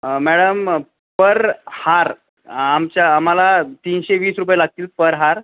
madam पर हार आमच्या आम्हाला तीनशे वीस रुपये लागतील पर हार